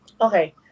Okay